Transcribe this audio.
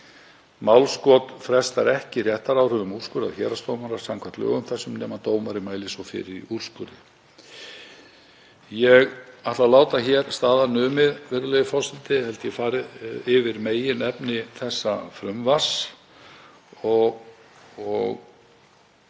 Málskot frestar ekki réttaráhrifum úrskurðar héraðsdómara samkvæmt lögum þessum, nema dómari mæli svo fyrir í úrskurði. Ég ætla að láta hér staðar numið, virðulegi forseti. Ég hef farið yfir meginefni þessa frumvarps og